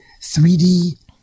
3D